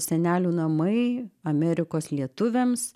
senelių namai amerikos lietuviams